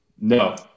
No